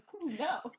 No